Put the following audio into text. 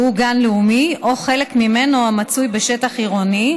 שהוא גן לאומי או חלק ממנו המצוי בשטח עירוני,